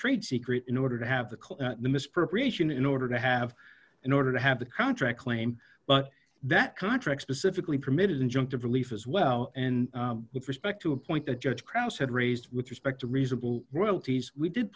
trade secret in order to have the misappropriation in order to have an order to have the contract claim but that contract specifically permitted injunctive relief as well and with respect to a point the judge krauss had raised with respect to reasonable royalties we d